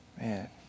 man